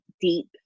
deep